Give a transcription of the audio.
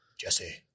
Jesse